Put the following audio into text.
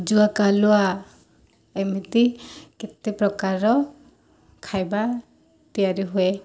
ଜୁଆ କାଲୁଆ ଏମିତି କେତେ ପ୍ରକାରର ଖାଇବା ତିଆରି ହୁଏ